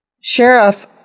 Sheriff